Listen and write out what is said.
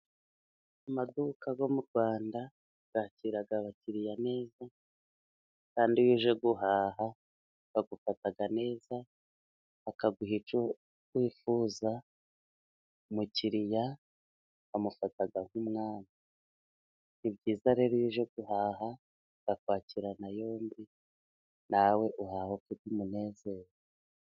Amaduka yo mu Rwanda bakira abakiriya neza, kandi iyo uje guhaha bagufata neza, bakaguha icyo wifuza, umukiriya bamufata nk'umwami. Ni byiza rero iyo uje guhaha bakwakirana yombi, nawe uhaha ufite umunezero.